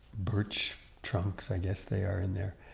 birch trunks, i guess they are in there,